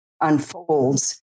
unfolds